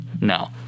no